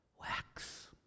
Wax